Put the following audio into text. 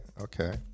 okay